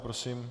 Prosím.